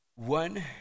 One